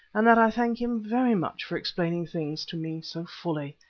and that i thank him very much for explaining things to me so fully.